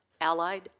Allied